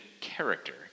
character